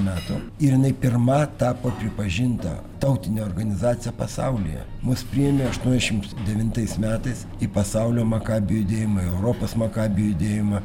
metų ir jinai pirma tapo pripažinta tautine organizacija pasaulyje mus priėmė aštuoniasdešimt devintais metais į pasaulio makabių judėjimą europos makabių judėjimą